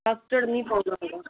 custard ਨਹੀਂ ਪਾਉਣਾ ਹੈਗਾ